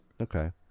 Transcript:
Okay